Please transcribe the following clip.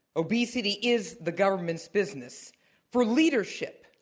obesity is the government's business for leadership,